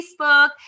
Facebook